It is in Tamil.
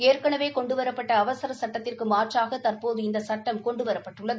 ஏற்கனவே கொண்டுவரப்பட்ட அவசர சட்டத்திற்கு மாற்றாக தற்போது இந்த சட்டம் கொண்டுவரப்பட்டுள்ளது